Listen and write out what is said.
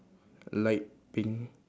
light pink